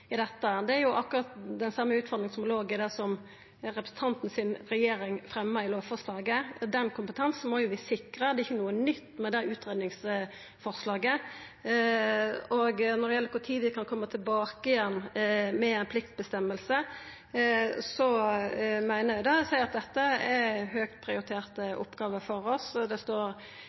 i dette. Det er akkurat den same utfordringa som låg i det representanten si regjering fremja i lovforslaget. Den kompetansen må vi sikra. Det er ikkje noko nytt med det utgreiingsforslaget. Når det gjeld kor tid vi kan koma tilbake igjen med ei pliktbestemming, meiner eg det når eg seier at dette er ei høgt prioritert oppgåve for oss, og det står